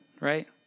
right